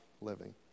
living